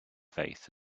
faith